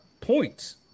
points